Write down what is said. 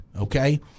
okay